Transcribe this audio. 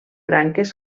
branques